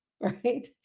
right